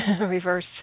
reverse